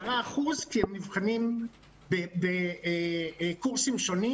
10% כי הם נבחנים בקורסים שונים.